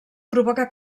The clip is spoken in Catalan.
provoca